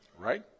Right